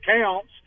counts